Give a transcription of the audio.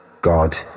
God